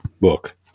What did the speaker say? book